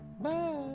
Bye